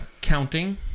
counting